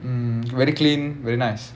mm very clean very nice